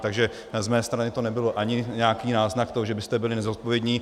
Takže z mé strany to nebyl ani nějaký náznak toho, že byste byli nezodpovědní.